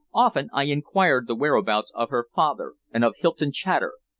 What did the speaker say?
often i inquired the whereabouts of her father and of hylton chater,